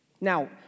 Now